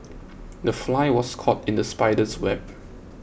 the fly was caught in the spider's web